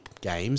games